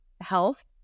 health